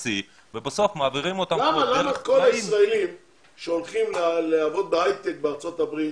למה כל הישראלים שהולכים לעבוד בהיי-טק בארצות הברית,